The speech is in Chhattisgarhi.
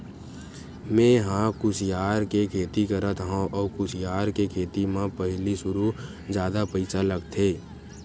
मेंहा ह कुसियार के खेती करत हँव अउ कुसियार के खेती म पहिली सुरु जादा पइसा लगथे